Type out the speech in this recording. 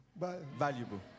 Valuable